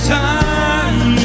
time